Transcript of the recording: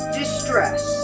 distress